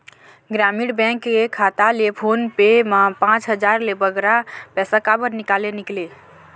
ग्रामीण बैंक के खाता ले फोन पे मा पांच हजार ले बगरा पैसा काबर निकाले निकले?